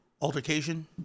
altercation